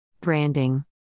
Branding